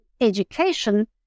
education